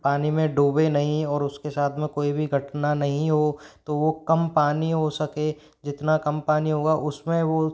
पानी मे डूबे नहीं और उसके साथ में कोई भी घटना नहीं हो तो वो कम पानी हो सके जितना कम पानी होगा उस में वो